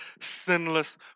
sinless